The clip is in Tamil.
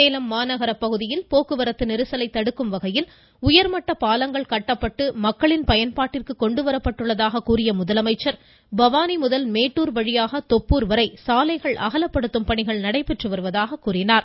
சேலம் மாநகர பகுதியில் போக்குவரத்து நெரிசலை தடுக்கும் வகையில் உயர்மட்ட பாலங்கள் கட்டப்பட்டு மக்களின் பயன்பாட்டிற்கு கொண்டு வரப்பட்டுள்ளதாக கூறிய அவர் பவானி முதல் மேட்டூர் வழியாக தொப்பூர் வரை சாலைகள் அகலப்படுத்தும் பணிகள் நடைபெற்று வருவதாக கூறினார்